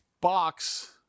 Box